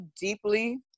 deeply